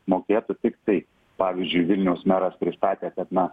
mokėtų tik taip pavyzdžiui vilniaus meras pristatė kad na